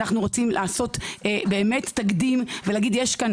אנחנו רוצים לעשות תקדים ולהגיד שיש כאן